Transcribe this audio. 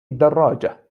الدراجة